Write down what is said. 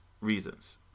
reasons